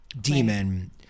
demon